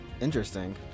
Interesting